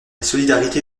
solidarité